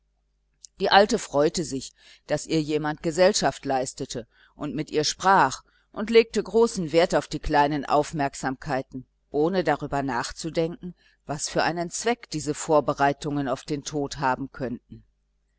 die alte freute sich daß ihr jemand gesellschaft leistete und mit ihr sprach und legte großen wert auf die kleinen aufmerksamkeiten ohne darüber nachzudenken was für einen zweck diese vorbereitungen auf den tod haben könnten